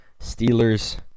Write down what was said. Steelers